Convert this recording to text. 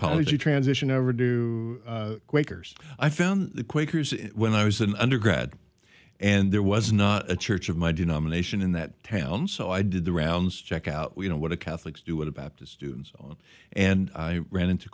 policy transition ever do quakers i found quakers when i was an undergrad and there was not a church of my denomination in that town so i did the rounds to check out you know what the catholics do what about the students and i ran into